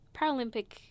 Paralympic